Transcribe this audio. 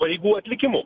pareigų atlikimu